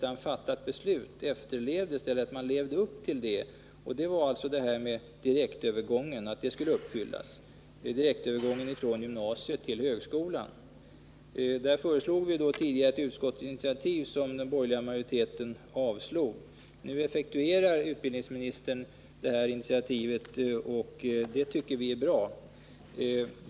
Den enda omedelbara åtgärd som vi från socialdemokratiskt håll begärde var att regeringen skulle se till att beslutet om direktövergång från gymnasiet till högskolan skulle efterlevas. Vi föreslog ett utskottsinitiativ i frågan, men den borgerliga majoriteten avstyrkte detta förslag. Nu effektuerar utbildningsministern detta initiativ, och det tycker vi är bra.